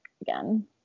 again